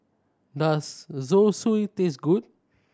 does Zosui taste good